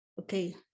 okay